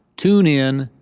tune in,